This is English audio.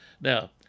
Now